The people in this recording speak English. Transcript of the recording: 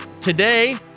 Today